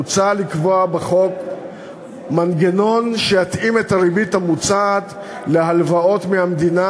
מוצע לקבוע מנגנון שיתאים את הריבית המוצעת להלוואות מהמדינה